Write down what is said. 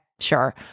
Sure